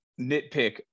nitpick